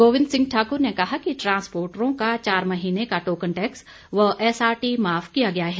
गोविंद सिंह ठाकुर ने कहा कि ट्रांसपोर्टरों का चार महीने का टोकन टैक्स व एसआरटी माफ किया गया है